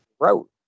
wrote